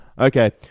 Okay